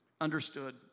understood